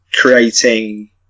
creating